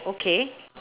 okay